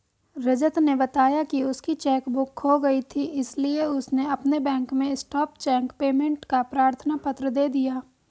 रजत ने बताया की उसकी चेक बुक खो गयी थी इसीलिए उसने अपने बैंक में स्टॉप चेक पेमेंट का प्रार्थना पत्र दे दिया